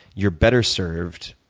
you're better served,